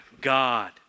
God